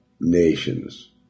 nations